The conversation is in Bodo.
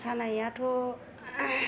मोसानायथ'